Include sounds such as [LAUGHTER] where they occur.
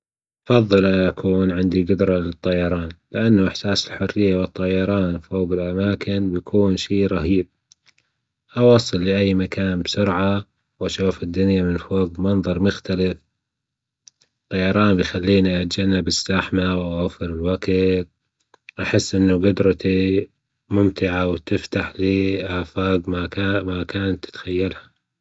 أفضل أن أكون عندي جدرة للطيران لأنه إحساس الحريه والطيران فوج الأماكن بيكون شئ رهيب، أوصل لأي مكان بسرعه وأشوف الدنيا من فوج منظر مختلف، الطيران بيخليني أتجنب الزحمة وأوفر الوجت، أحس إن جدرتي ممتعة وبتفتح لي أفاج ما [HESITATION] كان تتخيلها.